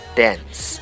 dance